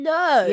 no